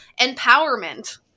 empowerment